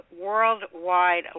worldwide